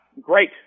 great